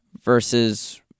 versus